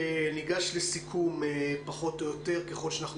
עומד לרשות הצוותים יתמוך ככל שצריך כי